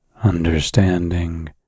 understanding